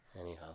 Anyhow